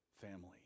family